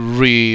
re